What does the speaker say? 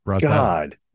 god